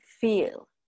feel